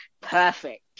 perfect